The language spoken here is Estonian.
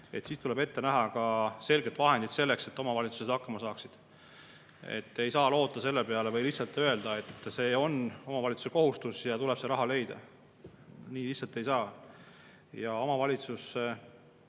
ei ole. Tuleb ette näha ka selged vahendid selleks, et omavalitsused hakkama saaksid. Ei saa loota selle peale või lihtsalt öelda, et see on omavalitsuse kohustus ja tuleb see raha leida. Nii lihtsalt ei saa. Ja omavalitsus